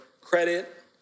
credit